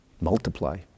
Multiply